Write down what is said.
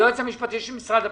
היועץ המשפטי של משרד הפנים,